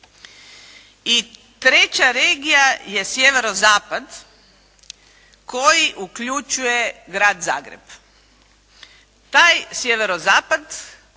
I treća regija je sjeverozapad koji uključuje Grad Zagreb. Taj sjeverozapad